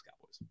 Cowboys